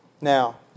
Now